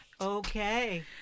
Okay